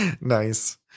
Nice